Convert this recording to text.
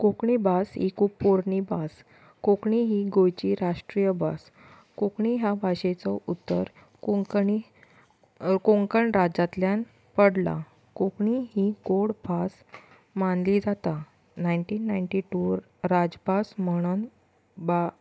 कोंकणी भास हीं खूब पोरणी भास कोंकमी ही गोंयची राष्ट्रीय भास कोंकणी ह्या भाशेचो उगम कोंकणी कोंकण राज्यांतल्यान पडला कोंकणी ही गोड भास मानली जाता नायटीन नायटी टू राज भास म्हणून भा